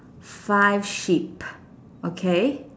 five sheep okay